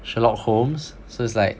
Sherlock Holmes so it's like